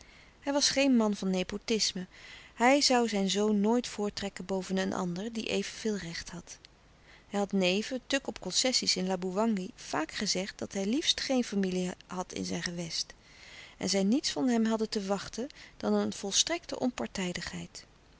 hij was geen man van nepotisme hij zoû zijn zoon nooit voortrekken boven een ander die evenveel recht had hij had neven tuk op concessies in laboewangi vaak gezegd dat hij liefst geen familie had in zijn gewest en zij niets van hem hadden te wachten dan een volstrekte onpartijdigheid